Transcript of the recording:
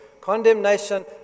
Condemnation